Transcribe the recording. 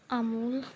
Amul